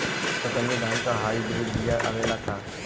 कतरनी धान क hybrid बिया आवेला का?